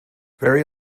very